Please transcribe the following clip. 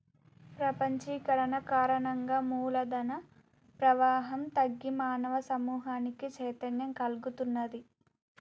ప్రపంచీకరణ కారణంగా మూల ధన ప్రవాహం తగ్గి మానవ సమూహానికి చైతన్యం కల్గుతున్నాది